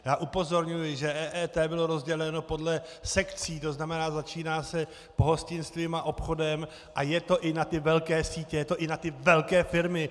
Já upozorňuji, že EET bylo rozděleno podle sekcí, to znamená, začíná se pohostinstvím a obchodem a je to i na ty velké sítě, je to i na ty velké firmy.